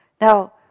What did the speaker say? Now